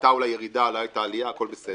הייתה אולי ירידה, אולי הייתה עלייה, הכול בסדר.